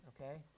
Okay